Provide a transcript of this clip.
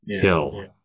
kill